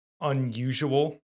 unusual